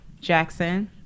Jackson